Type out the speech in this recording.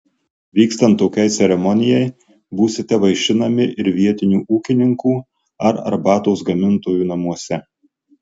vykstant tokiai ceremonijai būsite vaišinami ir vietinių ūkininkų ar arbatos gamintojų namuose